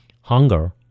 hunger